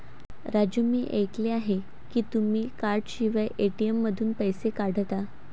राजू मी ऐकले आहे की तुम्ही कार्डशिवाय ए.टी.एम मधून पैसे काढता